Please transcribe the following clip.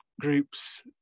groups